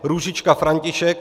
Růžička František